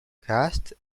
cast